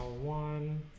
one